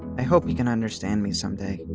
i hope you can understand me someday,